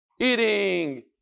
Eating